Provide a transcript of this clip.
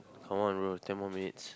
come on bro ten more minutes